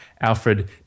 Alfred